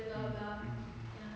mm mm mm